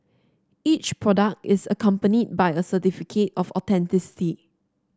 each product is accompanied by a certificate of authenticity